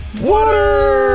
Water